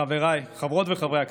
חבריי חברות וחברי הכנסת: